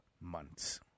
months